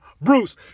Bruce